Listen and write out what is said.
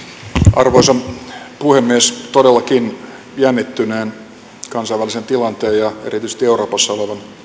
arvoisa puhemies todellakin jännittyneen kansainvälisen tilanteen ja erityisesti euroopassa